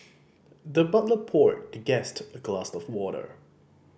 the butler poured the guest a glass of water